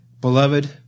Beloved